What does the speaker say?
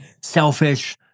selfish